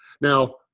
Now